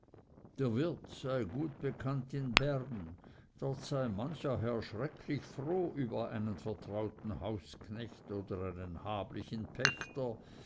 wirt sei gut bekannt in bern dort sei mancher herr schrecklich froh über einen vertrauten hausknecht oder einen hablichen pächter